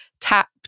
tap